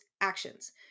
actions